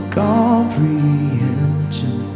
comprehension